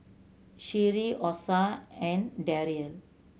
Sherie Osa and Derrell